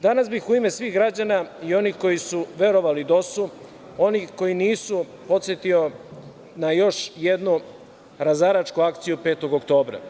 Danas bih u ime svih građana i onih koji su verovali DOS-u, onih koji nisu, podsetio na još jedno razaračku akciju 5. oktobra.